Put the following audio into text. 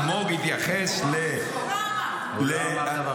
אלמוג התייחס --- הוא לא אמר דבר כזה.